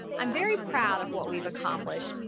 i'm very proud of what we've accomplished.